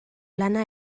lana